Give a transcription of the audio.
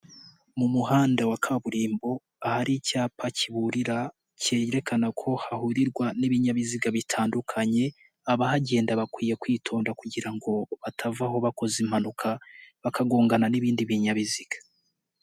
Mu muhanda wa kaburimbo ahari icyapa kiburira kerekana ko hahurirwa n'ibinyabiziga bitandukanye abahagenda bakwiye kwitonda kugira ngo batavaho bakoze impanuka bakagongana n'ibindi binyabiziga.